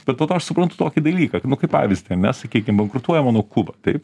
bet po to aš suprantu tokį dalyką kaip pavyzdį ar ne sakykim bankrutuoja o kuba taip